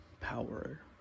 power